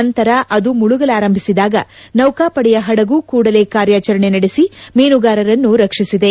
ನಂತರ ಅದು ಮುಳುಗಲಾರಂಭಿಸಿದಾಗ ನೌಕಾಪಡೆಯ ಪಡಗು ಕೂಡಲೇ ಕಾರ್ಯಾಚರಣೆ ನಡೆಸಿ ಮೀನುಗಾರರನ್ನು ರಕ್ಷಿಸಿದೆ